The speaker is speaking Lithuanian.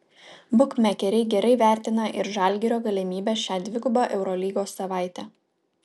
bukmekeriai gerai vertina ir žalgirio galimybes šią dvigubą eurolygos savaitę